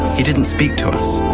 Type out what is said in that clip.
he didn't speak to us.